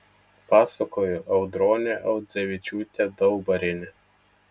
pasakojo audronė audzevičiūtė daubarienė